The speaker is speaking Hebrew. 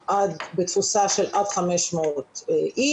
בתפוסה של עד 500 איש.